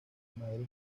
madre